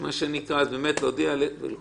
אני חושב שאחרונה חביבה צריך להודות לתמי,